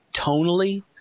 tonally